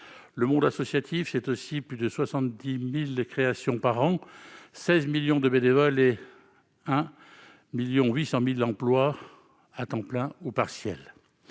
Le monde associatif, c'est aussi plus de 70 000 créations par an, 16 millions de bénévoles et 1,8 million d'emplois, à temps plein ou partiel.